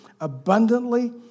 abundantly